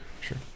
Sure